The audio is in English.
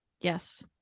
Yes